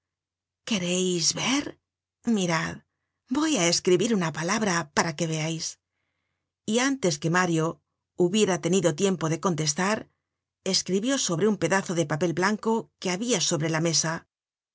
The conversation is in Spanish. quereis ver mirad voy á escribir una palabra para que veais y antes que mario hubiera tenido tiempo de contestar escribió sobre un pedazo de papel blanco que habia sobre la mesa los